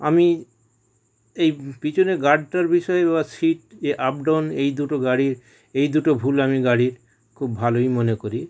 আমি এই পিছনে গার্ডটার বিষয়ে বা সিট এই আপ ডাউন এই দুটো গাড়ির এই দুটো ভুল আমি গাড়ির খুব ভালোই মনে করি